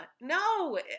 no